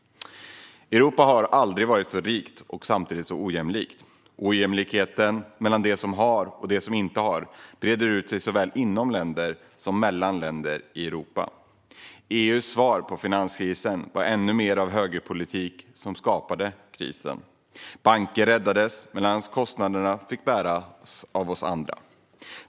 Europa har aldrig varit så rikt och samtidigt så ojämlikt. Ojämlikheten mellan dem som har och dem som inte har breder ut sig såväl inom länder som mellan länder i Europa. EU:s svar på finanskrisen var ännu mer av den högerpolitik som skapade krisen. Banker räddades medan kostnaderna fick bäras av oss andra.